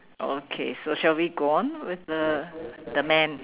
okay so shall we go on with the the man